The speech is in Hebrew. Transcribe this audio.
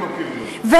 בטח שאני מכיר בזה.